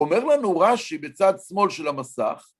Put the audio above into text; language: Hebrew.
‫אומר לנו רש״י בצד שמאל של המסך.